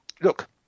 look